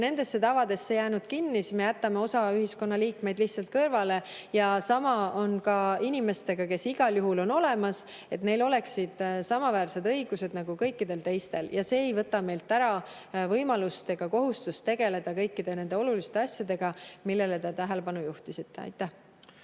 nendesse tavadesse kinni, siis me jätaksime osa ühiskonnaliikmeid lihtsalt kõrvale. Sama on ka inimestega, kes igal juhul on olemas – neil peaksid olema samaväärsed õigused nagu kõikidel teistel. Ja see ei võta meilt ära võimalust ega kohustust tegelda kõikide nende oluliste asjadega, millele te tähelepanu juhtisite. Aitäh!